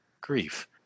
grief